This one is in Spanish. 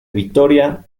vitoria